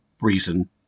reason